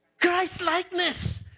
Christ-likeness